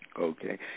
Okay